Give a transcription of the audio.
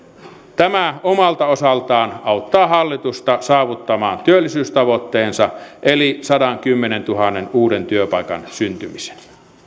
tämä omalta osaltaan auttaa hallitusta saavuttamaan työllisyystavoitteensa eli sadankymmenentuhannen uuden työpaikan syntymisen